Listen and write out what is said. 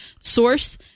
Source